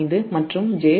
05 மற்றும் j0